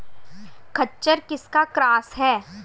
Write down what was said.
खच्चर किसका क्रास है?